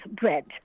bread